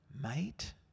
mate